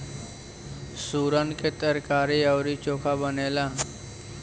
सुरन के तरकारी अउरी चोखा बनेला